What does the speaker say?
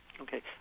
Okay